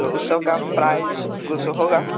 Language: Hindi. तो उस सब का प्राइज़ कुछ होगा